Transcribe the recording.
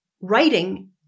Writing